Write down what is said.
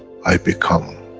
i become,